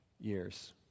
years